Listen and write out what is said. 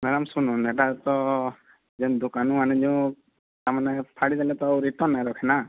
madam ଶୁନୁନ୍ ଏଇଟା ତ ଯେନ୍ ଦୋକାନୁ ଆନିଲୁ ତାମାନେ ଫାଡ଼ିଦେଲେ ତ ଆଉ ରିଟର୍ଣ୍ଣ ନାଇଁ ରଖେ ନା